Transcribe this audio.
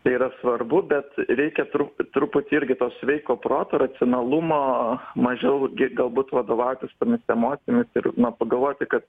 tai yra svarbu bet reikia tru truputį irgi to sveiko proto racionalumo mažiau gi galbūt vadovautis tomis emocijomis ir na pagalvoti kad